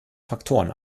faktoren